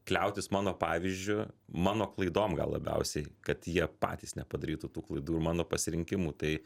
kliautis mano pavyzdžiu mano klaidom gal labiausiai kad jie patys nepadarytų tų klaidų ir mano pasirinkimų tai